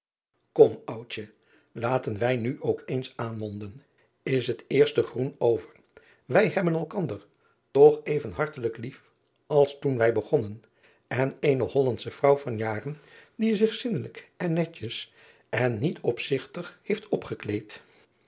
om oudje laten wij nu ook eens aanmonden s het eerste groen over wij hebben elkander toch even hartelijk lief als toen wij begonnen en eene ollandsche vrouw van jaren driaan oosjes zn et leven van aurits ijnslager die zich zindelijk en netjes en niet opzigtig heeft